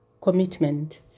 commitment